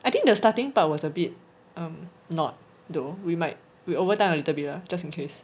I think the starting part was a bit um not though we might we overtime a little bit lah just in case